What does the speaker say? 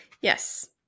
Yes